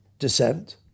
Descent